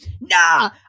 Nah